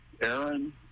Aaron